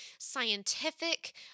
scientific